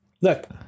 look